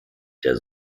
der